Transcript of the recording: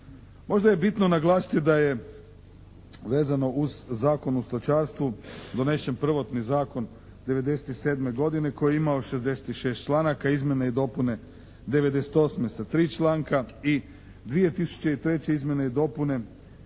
Možda je bitno naglasiti da je vezano uz Zakon o stočarstvu donesen prvotni zakon '97. godine koji je imao 66 članaka, izmjene i dopune '98. sa 3 članka i 2003. izmjene i dopune